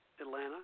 Atlanta